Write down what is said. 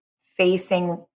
facing